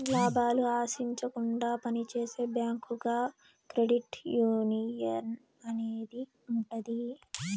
లాభాలు ఆశించకుండా పని చేసే బ్యాంకుగా క్రెడిట్ యునియన్ అనేది ఉంటది